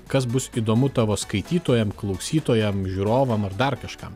kas bus įdomu tavo skaitytojam klausytojam žiūrovam ar dar kažkam